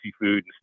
food